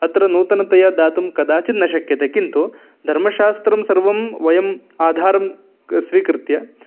अत्र नूतनतया दातुं कदाचित् न शक्यते किन्तु धर्मशास्त्रं सर्वं वयम् आधारं क् स्वीकृत्य